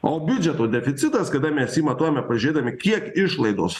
o biudžeto deficitas kada mes jį matuojame pažiūrėdami kiek išlaidos